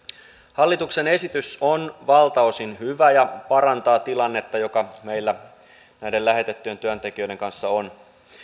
hallituksen esitys on valtaosin hyvä ja parantaa tilannetta joka meillä näiden lähetettyjen työntekijöiden kanssa on